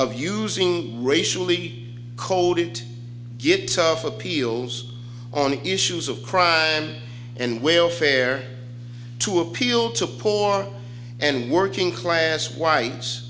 of using racially coded get tough appeals on issues of crime and welfare to appeal to poor and working class whites